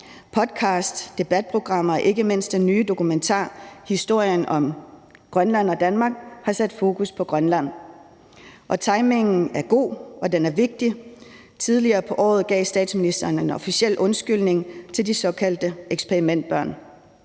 Podcasts, debatprogrammer og ikke mindst den nye dokumentar »Historien om Grønland og Danmark« har sat fokus på Grønland. Og timingen er god, og den er vigtig. Tidligere på året gav statsministeren en officiel undskyldning til de såkaldte eksperimentbørn,